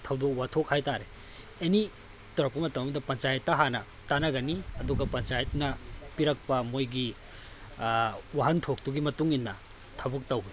ꯊꯧꯗꯣꯛ ꯋꯥꯊꯣꯛ ꯍꯥꯏꯇꯥꯔꯦ ꯑꯦꯅꯤ ꯇꯧꯔꯛꯄ ꯃꯇꯝ ꯑꯝꯗ ꯄꯟꯆꯥꯌꯦꯠꯇ ꯍꯥꯟꯅ ꯇꯥꯅꯒꯅꯤ ꯑꯗꯨꯒ ꯄꯟꯆꯥꯌꯦꯠꯅ ꯄꯤꯔꯛꯄ ꯃꯣꯏꯒꯤ ꯋꯥꯍꯟꯊꯣꯛꯇꯨꯒꯤ ꯃꯇꯨꯡꯏꯟꯅ ꯊꯕꯛ ꯇꯧꯏ